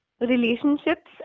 relationships